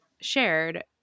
shared